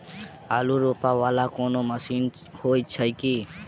आलु रोपा वला कोनो मशीन हो छैय की?